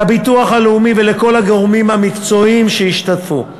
לביטוח הלאומי ולכל הגורמים המקצועיים שהשתתפו.